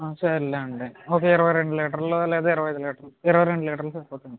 సరేలేండి ఒక ఇరవై రెండు లీటర్లు లేదా ఇరవై ఐదు లీటర్లు ఇరవై రెండు లీటర్లు సరిపోతాయి